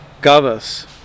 Gavas